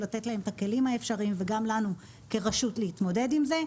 לתת להם את הכלים האפשריים וגם לנו כרשות להתמודד עם זה.